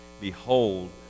Behold